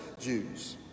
Jews